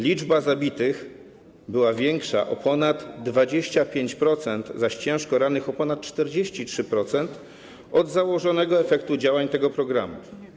Liczba zabitych była większa o ponad 25%, zaś ciężko rannych - o ponad 43% od założonego efektu działań tego programu.